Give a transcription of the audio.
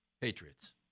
Patriots